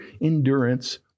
endurance